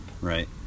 Right